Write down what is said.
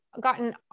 gotten